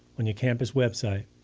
on your campus website,